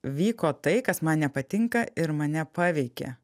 vyko tai kas man nepatinka ir mane paveikė